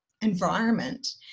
environment